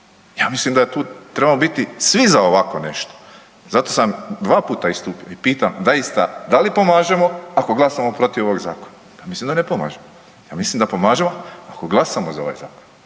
Ja mislim da tu trebamo biti svi za ovako nešto. Zato sam 2 puta istupio i pitam zaista da li pomažemo ako glasamo protiv ovog zakona? Ja mislim da ne pomažemo, ja mislim da pomažemo ako glasamo za ovaj zakon